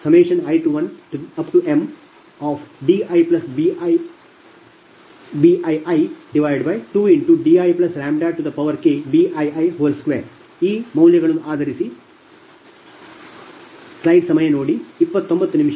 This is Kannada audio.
ಆದ್ದರಿಂದ 69ನೇ ಸಮೀಕರಣದಿಂದ i1mdPgidλKi1mdibiBii2diKBii2 ಆ ಮೌಲ್ಯಗಳನ್ನು ಇರಿಸಿ